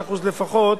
75% לפחות,